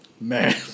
man